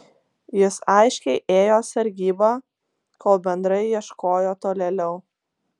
jis aiškiai ėjo sargybą kol bendrai ieškojo tolėliau